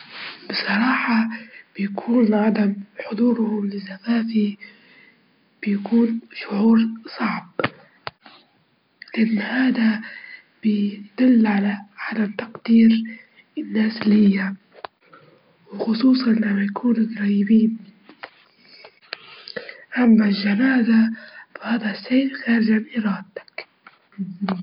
أكيد طبعًا هذه طريقة مضمونة لكن أنا اللي نعتقده إن يكون قادر يتفاعل مع العالم بتفاعل أكتر، ويكون طبيعي والتأثير اللي فيه بيكون هذا دليل إن ما تعيشه هو حقيقي.